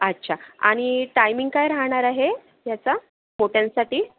अच्छा आणि टायमिंग काय राहणार आहे याचा मोठ्यांसाठी